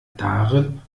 darin